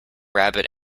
rabbit